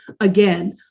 Again